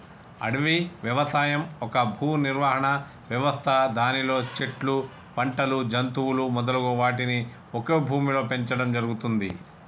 అడవి వ్యవసాయం ఒక భూనిర్వహణ వ్యవస్థ దానిలో చెట్లు, పంటలు, జంతువులు మొదలగు వాటిని ఒకే భూమిలో పెంచడం జరుగుతుంది